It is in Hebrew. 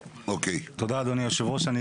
אדוני היושב-ראש, תודה.